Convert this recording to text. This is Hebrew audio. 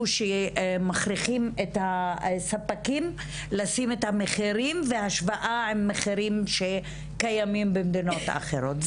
שמכריחים את הספקים לשים מחירים בהשוואה למחירים שקיימים במדינות אחרות.